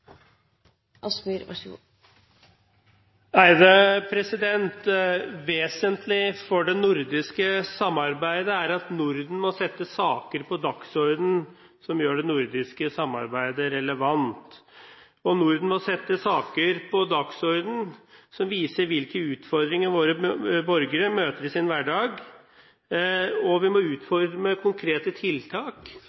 at Norden må sette saker på dagsordenen som gjør det nordiske samarbeidet relevant. Norden må sette saker på dagsordenen som viser hvilke utfordringer våre borgere møter i sin hverdag. Vi må